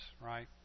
Right